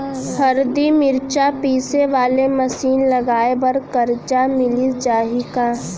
हरदी, मिरचा पीसे वाले मशीन लगाए बर करजा मिलिस जाही का?